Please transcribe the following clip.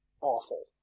awful